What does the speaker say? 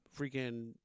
freaking